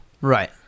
right